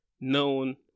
known